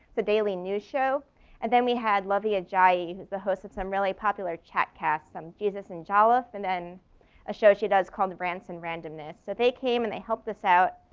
the daily news show and then we had lovey ajayan he is the host of some really popular chat cast some jesus and jolliffe and then a show she does called the branson randomness. so they came and they helped us out.